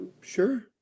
Sure